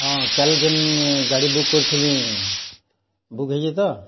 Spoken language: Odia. ହଁ କ୍ୟାଲେ ଯେନ୍ ଗାଡ଼ି ବୁକ୍ କରିଥିଲିଁ ବୁକ୍ ହେଇଛେ ତ